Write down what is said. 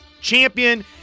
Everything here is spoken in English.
champion